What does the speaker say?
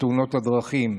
בתאונות הדרכים,